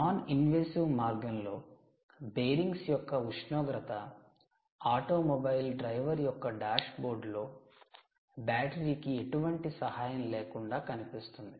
non invasive మార్గంలో bearings యొక్క ఉష్ణోగ్రత ఆటోమొబైల్ డ్రైవర్ యొక్క డాష్బోర్డ్లో బ్యాటరీకి ఎటువంటి సహాయం లేకుండా కనిపిస్తుంది